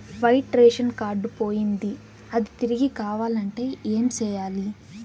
white ration card పోయింది అది తిరిగి కావాలంటే ఏం సేయాలి